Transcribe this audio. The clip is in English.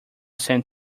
sent